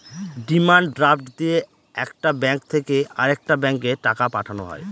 demand draft দিয়ে একটা bank থেকে আরেকটা ব্যাঙ্কে টাকা পাঠানো হয়